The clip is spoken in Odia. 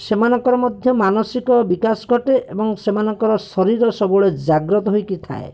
ସେମାନଙ୍କର ମଧ୍ୟ ମାନସିକ ବିକାଶ ଘଟେ ଏବଂ ସେମାନଙ୍କର ଶରୀର ସବୁବେଳେ ଜାଗ୍ରତ ହୋଇକି ଥାଏ